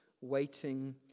waiting